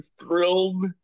thrilled